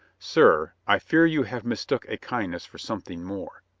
sir, i fear you have mistook a kindness for some thing more,